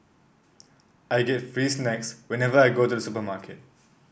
I get free snacks whenever I go to the supermarket